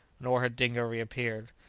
nor had dingo reappeared.